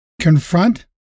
confront